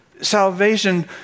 salvation